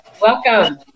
Welcome